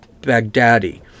Baghdadi